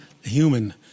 human